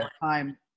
time